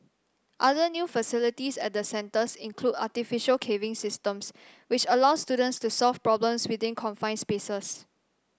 other new facilities at the centres include artificial caving systems which allow students to solve problems within confined spaces